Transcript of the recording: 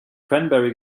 cranberry